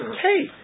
Hey